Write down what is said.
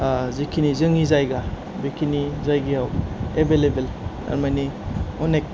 जेखिनि जोंनि जायगा बेखिनि जायगायाव एबेल एबेल थारमानि अनेक